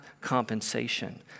compensation